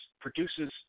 produces